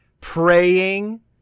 Praying